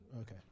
okay